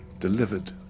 delivered